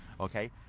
okay